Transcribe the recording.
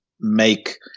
make